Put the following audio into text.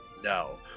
No